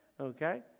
Okay